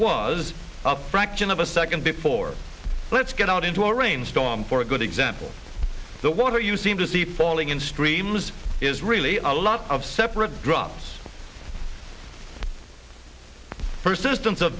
was a fraction of a second before let's get out into a rainstorm for a good example the water you seem to see falling in streams is really a lot of separate drops